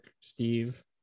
Steve